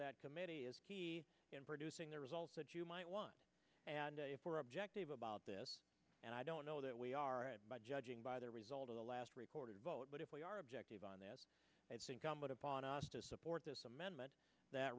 that committee is producing the results that you might want and if we're objective about this and i don't know that we are judging by the result of the last recorded vote but if we are objective on this it's incumbent upon us to support this amendment that